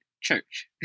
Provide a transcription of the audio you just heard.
church